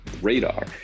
radar